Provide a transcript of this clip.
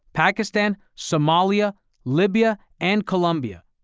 pakistan, somalia, libya, and colombia.